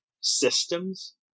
systems